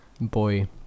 boy